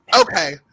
Okay